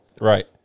Right